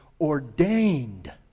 ordained